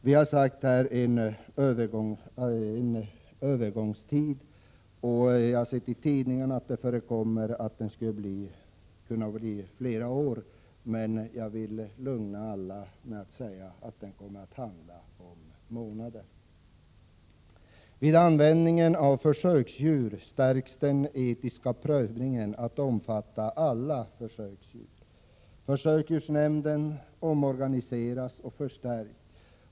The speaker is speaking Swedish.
Vi har sagt att det finns möjlighet till en viss övergångstid. Enligt tidningarna skulle det kunna bli fråga om flera år. Jag vill lugna alla med att säga att det kommer att handla om månader. Vid användningen av försöksdjur vidgas den etiska prövningen att omfatta alla djurförsök. Försöksdjurshämnden omorganiseras och förstärks.